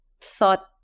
thought